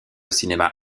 cinéma